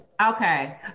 Okay